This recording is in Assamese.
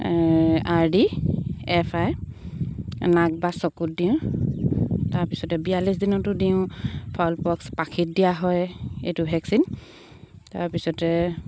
আৰ ডি এফ আই নাক বা চকুত দিওঁ তাৰপিছতে বিয়াল্লিছ দিনতো দিওঁ ফলপক্স পাখিত দিয়া হয় এইটো ভেকচিন তাৰপিছতে